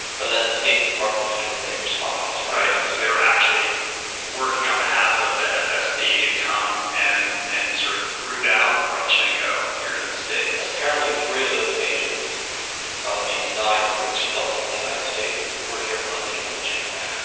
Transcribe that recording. but then the state department determined they were spies. right, so they were actually working on behalf of the fsb to come and and sort of route out rodchenkov here in the states. apparently, three of those agents of these nine that were expelled from the united states were here hunting rodchenkov,